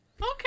Okay